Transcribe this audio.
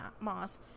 moss